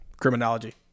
Criminology